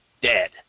dead